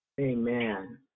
Amen